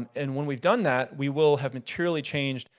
um and when we've done that, we will have materially changed